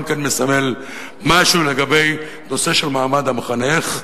כי זה אולי גם מסמל משהו לגבי הנושא של מעמד המחנך,